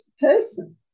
person